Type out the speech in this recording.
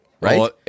Right